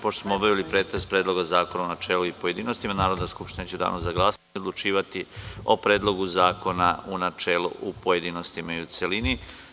Pošto smo obavili pretres Predloga zakona u načelu i u pojedinostima, Narodna skupština će u Danu za glasanje odlučivati o Predlogu zakona u načelu, pojedinostima i u celini.